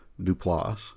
Duplass